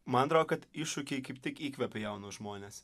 man atrodo kad iššūkiai kaip tik įkvepia jaunus žmones